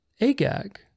Agag